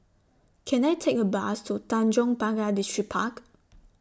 Can I Take A Bus to Tanjong Pagar Distripark